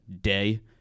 day